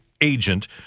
agent